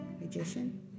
magician